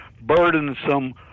burdensome